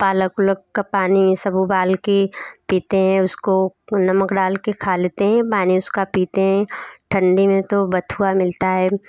पालक वुलक का पानी सब उबाल के पीते है उसको नमक डाल के खा लेते हैं पानी उसका पीते हैं ठंडी मे तो बथुआ मिलता है